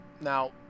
Now